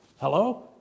Hello